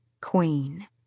Queen